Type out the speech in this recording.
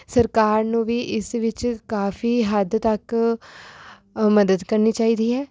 ਸਰਕਾਰ ਨੂੰ ਵੀ ਇਸ ਵਿੱਚ ਕਾਫੀ ਹੱਦ ਤੱਕ ਮਦਦ ਕਰਨੀ ਚਾਹੀਦੀ ਹੈ